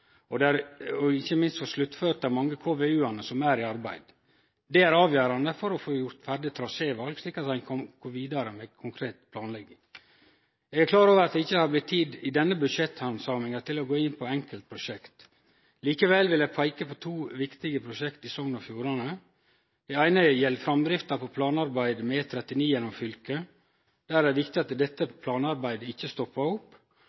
og ikkje minst å få sluttført dei mange KVU-ane som er i arbeid. Det er avgjerande for å få gjort ferdig traséval, slik at ein kan kome vidare med konkret planlegging. Eg er klar over at det ikkje har vore tid i denne budsjetthandsaminga til å gå inn på enkeltprosjekt. Likevel vil eg peike på to viktige prosjekt i Sogn og Fjordane. Det eine gjeld framdrifta på planarbeidet med E39 gjennom fylket. Der er det viktig at dette planarbeidet ikkje stoppar opp.